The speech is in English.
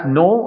no